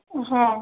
ହଁ